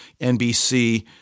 NBC